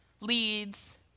leads